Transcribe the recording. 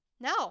no